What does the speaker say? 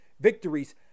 victories